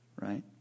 Right